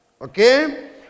Okay